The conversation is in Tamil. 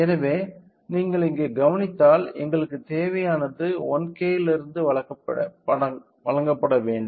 எனவே நீங்கள் இங்கு கவனித்தால் எங்களுக்குத் தேவையானது 1K இலிருந்து வழங்கப்பட வேண்டும்